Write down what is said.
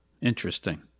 Interesting